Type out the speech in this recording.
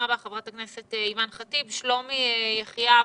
שלומי יחיאב,